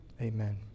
amen